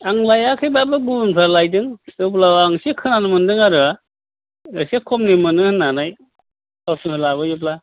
आं लायाखैब्लाबो गुबुनफ्रा लायदों थेवब्लाबो आं एसे खोनानो मोन्दों आरो एसे खमनि मोनो होननानै गावसोरनि लाबोयोब्ला